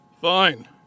Fine